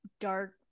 dark